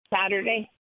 saturday